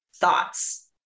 thoughts